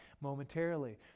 momentarily